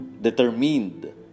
determined